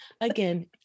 again